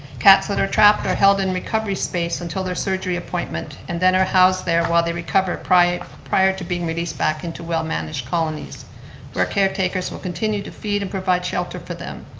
cats that are trapped are held in recovery space until their surgery appointment and then are housed there while they recover prior prior to being released back into well-managed colonies where caretakers will continue to feed and provide shelter for them.